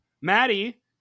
Maddie